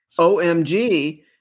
OMG